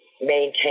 maintain